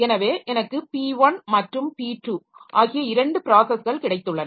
எனவே எனக்கு p1 மற்றும் p2 ஆகிய இரண்டு ப்ராஸஸ்கள் கிடைத்துள்ளன